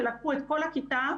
שלקחו את כל הכיתה,